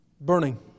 burning